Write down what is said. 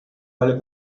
olha